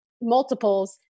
multiples